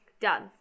done